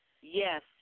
Yes